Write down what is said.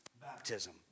baptism